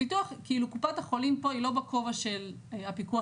קופת החולים פה היא לא בכובע של הפיקוח